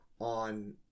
on